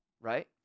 right